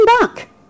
back